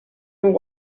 and